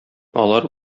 алар